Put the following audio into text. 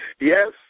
Yes